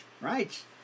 right